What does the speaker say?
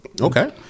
Okay